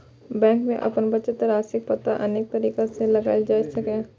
bank मे अपन बचत राशिक पता अनेक तरीका सं लगाएल जा सकैए